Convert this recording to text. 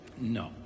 No